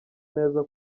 neza